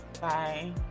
Bye